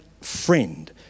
friend